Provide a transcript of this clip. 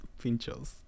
Pinchos